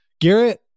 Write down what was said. Garrett